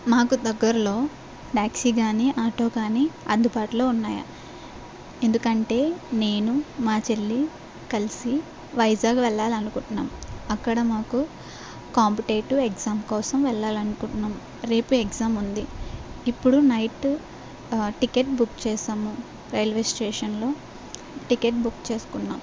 మాకు దగ్గరలో టాక్సీ కానీ ఆటో కానీ అందుబాటులో ఉన్నాయి ఎందుకంటే నేను మా చెల్లి కలిసి వైజాగ్ వెళ్ళాలి అనుకుంటున్నాము అక్కడ మాకు కాంపిటేటివ్ ఎగ్జామ్ కోసం వెళ్ళాలి అనుకుంటున్నాము రేపు ఎగ్జామ్ ఉంది ఇప్పుడు నైట్ టికెట్ బుక్ చేసాము రైల్వే స్టేషన్లో టికెట్ బుక్ చేసుకున్నాము